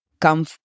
come